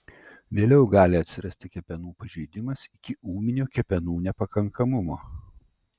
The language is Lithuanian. vėliau gali atsirasti kepenų pažeidimas iki ūminio kepenų nepakankamumo